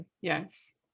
Yes